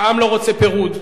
העם לא רוצה פירוד,